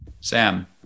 Sam